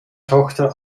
tochter